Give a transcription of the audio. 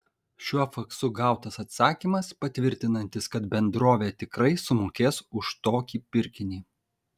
šiuo faksu gautas atsakymas patvirtinantis kad bendrovė tikrai sumokės už tokį pirkinį